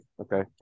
Okay